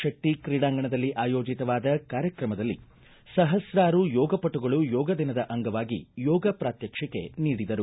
ಶೆಟ್ಟ ತ್ರೀಡಾಂಗಣದಲ್ಲಿ ಆಯೋಜಿತವಾದ ಕಾರ್ಯಕ್ರಮದಲ್ಲಿ ಸಹಸ್ರಾರು ಯೋಗಪಟುಗಳು ಯೋಗ ದಿನದ ಅಂಗವಾಗಿ ಯೋಗ ಪ್ರಾತ್ಯಕ್ಷಿಕೆ ನೀಡಿದರು